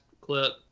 clip